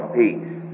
peace